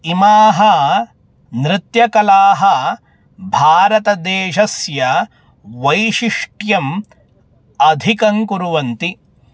इमाः नृत्यकलाः भारतदेशस्य वैशिष्ट्यम् अधिकङ्कुर्वन्ति